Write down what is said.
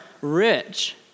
rich